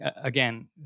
again